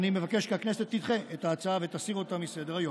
אני מבקש כי הכנסת תדחה את ההצעה ותסיר אותה מסדר-היום.